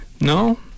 No